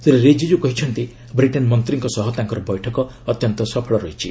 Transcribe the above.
ଶ୍ରୀ ରିଜିକୁ କହିଛନ୍ତି ବ୍ରିଟେନ ମନ୍ତ୍ରୀଙ୍କ ସହ ତାଙ୍କର ବୈଠକ ଅତ୍ୟନ୍ତ ସଫଳ ହୋଇଛି